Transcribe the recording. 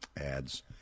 ads